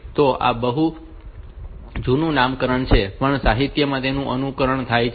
તો આ બહુ જૂનું નામકરણ છે પણ સાહિત્યમાં તેનું અનુસરણ થાય છે